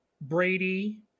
Brady